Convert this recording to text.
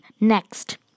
next